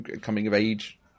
coming-of-age